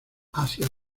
hacia